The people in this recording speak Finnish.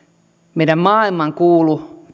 meidän maailmankuulu